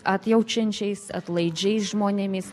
atjaučiančiais atlaidžiais žmonėmis